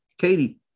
katie